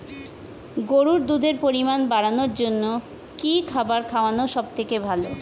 গরুর দুধের পরিমাণ বাড়ানোর জন্য কি খাবার খাওয়ানো সবথেকে ভালো?